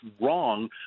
wrong